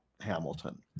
Hamilton